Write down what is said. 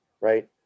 right